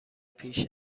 پیش